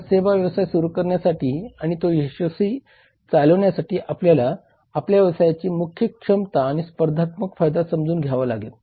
आता सेवा व्यवसाय सुरू करण्यासाठी आणि तो यशस्वीपणे चालवण्यासाठी आपल्याला आपल्या व्यवसायाची मुख्य क्षमता आणि स्पर्धात्मक फायदा समजून घ्यावा लागेल